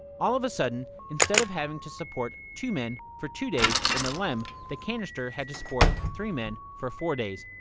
all of a sudden, instead of having to support two men for two days in the lem, the canister had to support three men for four days.